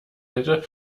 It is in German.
hätte